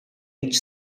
each